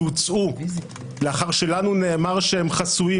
שהוצאו לאחר שלנו נאמר שהם חסויים,